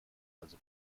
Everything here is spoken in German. also